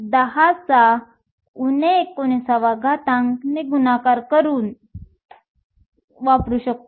6 x 10 19 ने गुणाकार करून करू शकतो